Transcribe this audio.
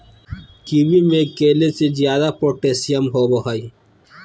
kiwi में केले से ज्यादा पोटेशियम होबो हइ